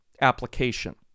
application